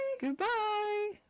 goodbye